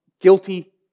guilty